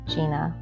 Gina